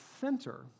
center